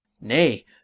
Nay